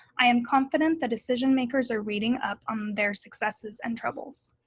i am confident the decision makers are reading up on their successes and troubles.